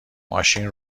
ماشین